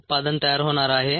उत्पादन तयार होणार आहे